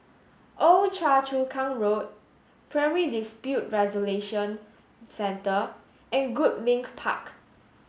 Old Choa Chu Kang Road Primary Dispute Resolution Centre and Goodlink Park